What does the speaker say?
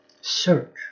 search